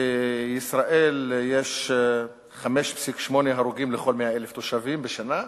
בישראל יש 5.8 הרוגים על כל 100,000 תושבים בשנה.